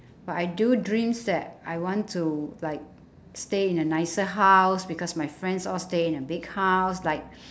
but I do dreams that I want to like stay in a nicer house because my friends all stay in a big house like